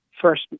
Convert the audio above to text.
first